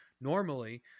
Normally